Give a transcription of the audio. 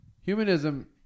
Humanism